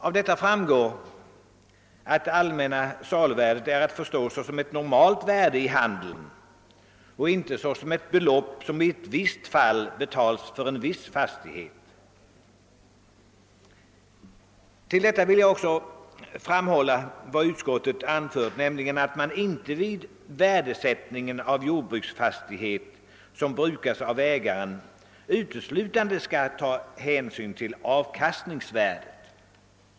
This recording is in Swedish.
Av detta framgår att det allmänna saluvärdet är att förstå som ett normalt värde i handeln och inte såsom ett belopp som i ett visst fall betalats för en viss fastighet. I detta sammanhang vill jag också framhålla vad utskottet anfört, nämligen att man vid värdesättningen av jordbruksfastighet som brukas av ägaren inte uteslutande skall ta hänsyn till avkastningsvärdet.